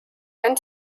and